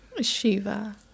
Shiva